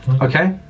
Okay